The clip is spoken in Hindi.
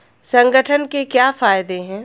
संगठन के क्या फायदें हैं?